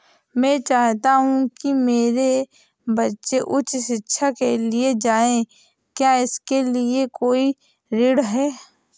मैं चाहता हूँ कि मेरे बच्चे उच्च शिक्षा के लिए जाएं क्या इसके लिए कोई ऋण है?